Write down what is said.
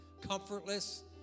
comfortless